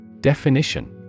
Definition